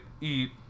eat